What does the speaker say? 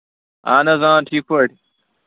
اَہَن حظ آ ٹھیٖک پٲٹھۍ